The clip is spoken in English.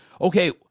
okay